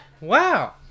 Wow